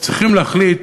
צריכים להחליט